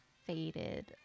faded